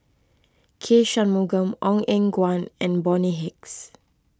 K Shanmugam Ong Eng Guan and Bonny Hicks